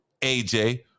AJ